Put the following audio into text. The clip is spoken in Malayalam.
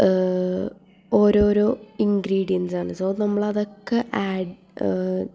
ഓരോരോ ഇൻഗ്രീഡിയൻസാണ് സൊ നമ്മളതൊക്കെ ആഡ്